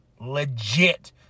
legit